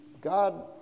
God